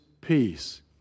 peace